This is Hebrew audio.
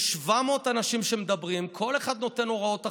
יש 700 אנשים שמדברים, כל אחד נותן הוראות אחרות,